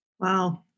wow